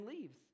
leaves